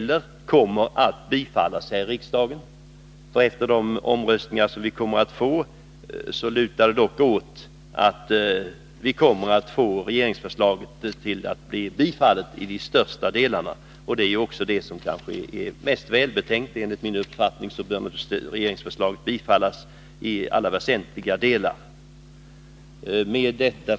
Det lutar åt att regeringsförslaget kommer att till största delar bifallas vid omröstningen. Enligt min uppfattning är det också det mest välbetänkta, så regeringsförslaget bör bifallas i alla väsentliga delar. Fru talman!